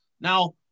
Now